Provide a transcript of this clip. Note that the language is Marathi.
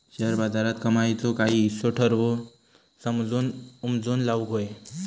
शेअर बाजारात कमाईचो काही हिस्सो ठरवून समजून उमजून लाऊक व्हये